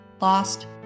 lost